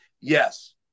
yes